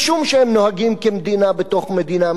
משום שהם נוהגים כמדינה בתוך מדינה,